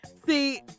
See